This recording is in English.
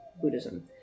Buddhism